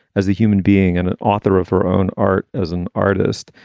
as a human being and an author of her own art as an artist.